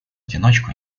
одиночку